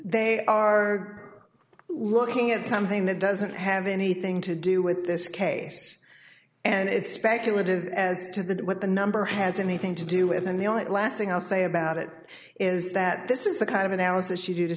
they are looking at something that doesn't have anything to do with this case and it's speculative as to the what the number has anything to do with and the only last thing i'll say about it is that this is the kind of an